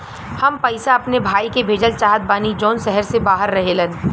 हम पैसा अपने भाई के भेजल चाहत बानी जौन शहर से बाहर रहेलन